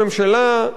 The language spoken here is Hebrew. הממשלה,